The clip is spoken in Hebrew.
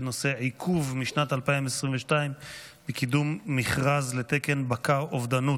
בנושא עיכוב משנת 2022 בקידום מכרז לתקן בקר אובדנות.